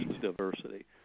diversity